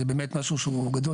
זה באמת משהו שהוא גדול.